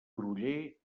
groller